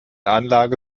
anlage